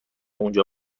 اونجا